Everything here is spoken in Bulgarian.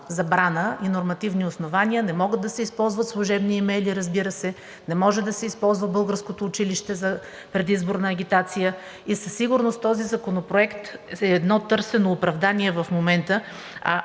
забрана и нормативни основания. Не могат да се използват служебни имейли, разбира се, не може да се използва българското училище за предизборна агитация. Със сигурност този законопроект е едно търсено оправдание в момента,